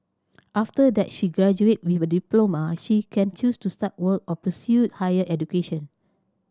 after that she graduates with a diploma she can choose to start work or pursue higher education